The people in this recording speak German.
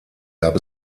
gab